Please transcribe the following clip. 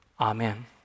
amen